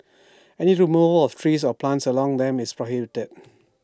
any removal of trees or plants along them is prohibited